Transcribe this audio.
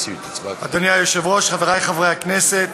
אדוני היושב-ראש, חברי חברי הכנסת,